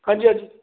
ਹਾਂਜੀ ਹਾਂਜੀ